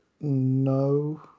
No